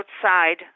outside